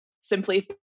simply